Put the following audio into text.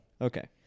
Okay